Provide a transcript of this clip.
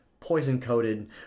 Poison-coated